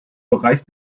bereich